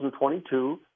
2022